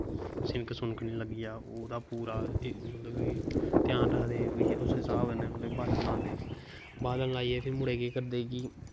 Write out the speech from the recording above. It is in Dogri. सिनक सुनक नी लग्गी जा ओह्दा पूरा ध्यान रखदे मतलव उस्सै हिसाब कन्नैं बाल्लन लांदे बाल्लन लाईयै फिर बड़े किश करदे की